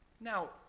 Now